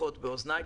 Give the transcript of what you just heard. לפחות באוזניי,